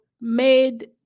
made